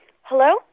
Hello